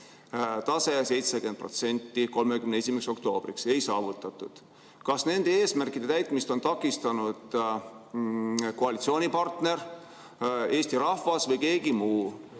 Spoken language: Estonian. tase 70% 31. oktoobriks. Ei saavutatud. Kas nende eesmärkide täitmist on takistanud koalitsioonipartner, Eesti rahvas või keegi muu